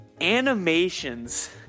animations